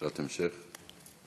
שאלת המשך?